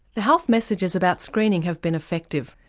the health messages about screening have been effective.